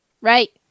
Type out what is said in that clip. right